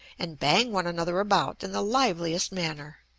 and bang one another about in the liveliest manner.